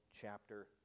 chapter